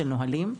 של נהלים.